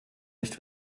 nicht